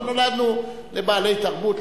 אבל נולדנו לבעלי תרבות,